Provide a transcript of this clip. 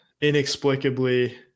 inexplicably